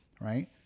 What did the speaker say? right